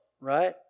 right